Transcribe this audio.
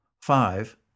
five